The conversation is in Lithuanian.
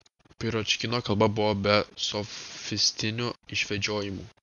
piročkino kalba buvo be sofistinių išvedžiojimų